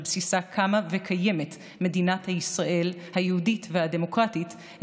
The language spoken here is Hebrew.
שעל בסיסה קמה וקיימת מדינת ישראל היהודית והדמוקרטית,